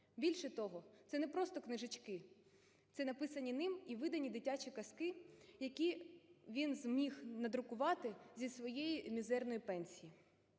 Більше того, це не просто книжечки, це написані ним і видані дитячі казки, які він зміг надрукувати зі своєї мізерної пенсії.